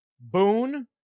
Boone